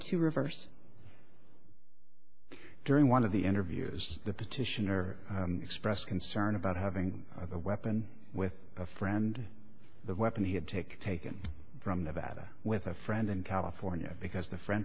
to reverse during one of the interviews the petitioner expressed concern about having a weapon with a friend the weapon he had taken taken from the data with a friend in california because the friend